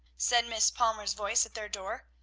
said miss palmer's voice at their door.